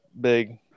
Big